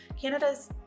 Canada's